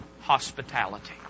hospitality